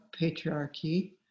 patriarchy